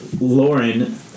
Lauren